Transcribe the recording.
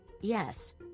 Yes